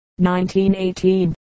1918